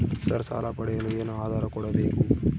Sir ಸಾಲ ಪಡೆಯಲು ಏನು ಆಧಾರ ಕೋಡಬೇಕು?